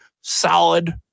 solid